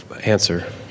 answer